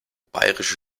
bayerische